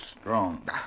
strong